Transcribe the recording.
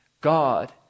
God